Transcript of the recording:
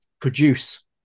produce